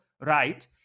right